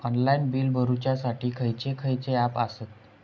Online bill भरुच्यासाठी खयचे खयचे ऍप आसत?